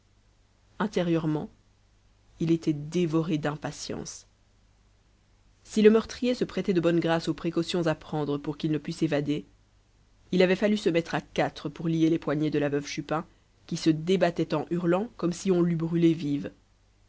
intérieurement il était dévoré d'impatience si le meurtrier se prêtait de bonne grâce aux précautions à prendre pour qu'il ne pût s'évader il avait fallu se mettre à quatre pour lier les poignets de la veuve chupin qui se débattait en hurlant comme si on l'eût brûlée vive